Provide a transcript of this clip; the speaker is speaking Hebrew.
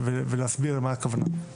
ולהסביר מעט למה הכוונה.